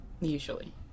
usually